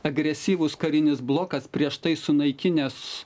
agresyvus karinis blokas prieš tai sunaikinęs